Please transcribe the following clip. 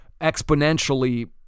exponentially